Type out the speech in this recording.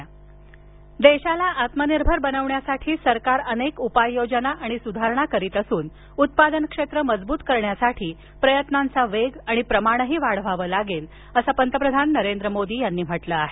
मोदी देशाला आत्मनिर्भर बनविण्यासाठी सरकार अनेक उपाययोजना आणि सुधारणा करीत असून उत्पादन क्षेत्र मजबूत करण्यासाठी प्रयत्नांचा वेग आणि प्रमाणही वाढवावं लागेल असं पंतप्रधान नरेंद्र मोदी यांनी म्हटलं आहे